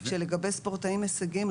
שלגבי ספורטאים הישגיים,